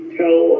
tell